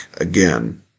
again